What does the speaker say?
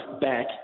back